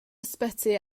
ysbyty